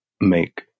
make